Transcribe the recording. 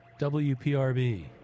WPRB